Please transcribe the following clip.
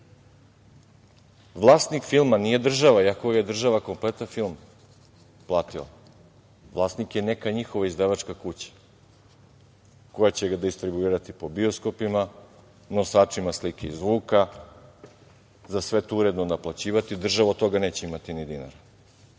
filma nije država, iako je država kompletan film platila. Vlasnik je neka njihova izdavačka kuća koja će ga distribuirati po bioskopima, nosačima slike zvuka, za sve to uredno naplaćivati, a država od toga neće imati ni dinara.